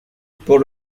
pour